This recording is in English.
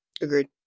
Agreed